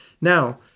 Now